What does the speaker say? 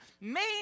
main